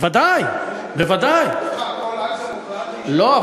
ולהתפתח ולקיים את החלטותיה החשובות והרציניות גם ללא משאל עם,